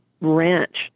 ranch